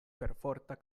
perforta